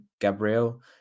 Gabriel